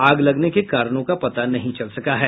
आग लगने के कारणों का पता नहीं चल सका है